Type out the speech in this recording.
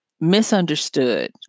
misunderstood